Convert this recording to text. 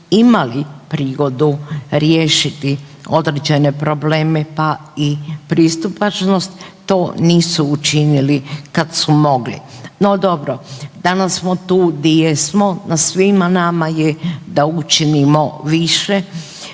imali prigodu riješiti određene probleme pa i pristupačnost, to nisu učinili kad su mogli. No, dobro. Danas smo tu di jesmo, na svima nama je da učinimo više.